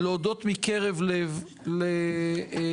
להודות מקרב לב לצוות